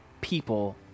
people